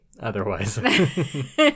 otherwise